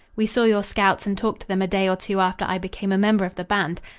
we saw your scouts and talked to them a day or two after i became a member of the band.